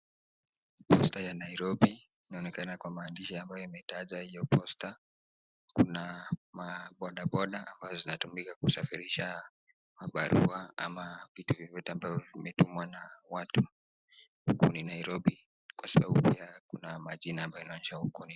Posta ya Nairobi, inaonekana kwa maandishi ambayo imetaja hiyo Posta. Kuna maboda boda ambazo zinatumika kusafirisha mabarua ama vitu vyovyote ambavyo vimetumwa na watu, huku ni Nairobi, kwa ukuta kuna majina inaonyesha huku ni.